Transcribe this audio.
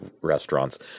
restaurants